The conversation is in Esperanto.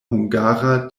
hungara